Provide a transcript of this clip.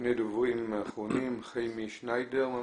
שני דוברים אחרונים, חיימי שניידר.